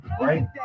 right